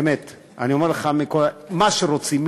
באמת, אני אומר לך, מה שרוצים.